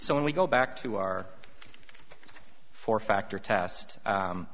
so when we go back to our four factor test